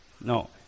No